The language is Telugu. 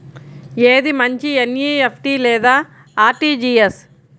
ఏది మంచి ఎన్.ఈ.ఎఫ్.టీ లేదా అర్.టీ.జీ.ఎస్?